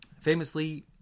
Famously